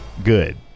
good